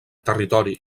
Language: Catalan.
territori